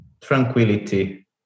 tranquility